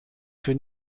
für